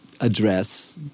address